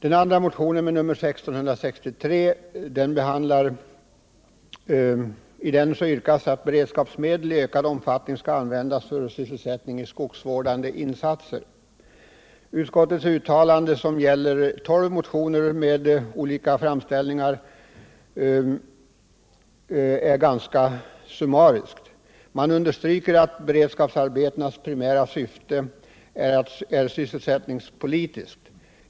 I motionen 1663, som också behandlas i det aktuella betänkandet, yrkas att beredskapsmedel i ökad omfattning används för sysselsättning i form av skogsvårdande insatser. Utskottets uttalande, som gäller tolv motioner med olika framställningar, är ganska summariskt. Utskottet understryker att beredskapsarbetenas primära syfte är sysselsättningspolitiskt.